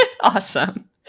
Awesome